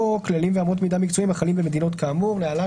או כללים ואמות מידה מקצועיים החלים במדינות כאמור (להלן,